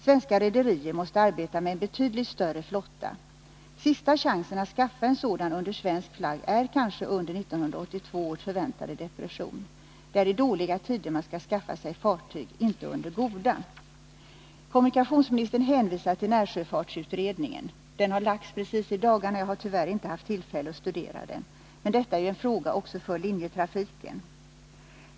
Svenska rederier måste arbeta med en betydligt större flotta. Sista chansen att skaffa en sådan under svensk flagg är kanske under 1982 års förväntade depression. Det är i dåliga tider man skall skaffa sig fartyg — inte under goda.” Kommunikationsministern hänvisar till närsjöfartsutredningen. Den har avgivit sitt betänkande just i dagarna, och jag har ännu inte haft tilfälle att studera det. Men detta är en fråga också för linjetrafiken.